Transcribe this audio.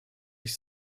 ich